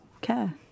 care